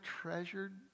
treasured